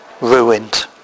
ruined